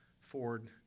Ford